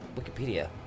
wikipedia